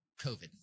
COVID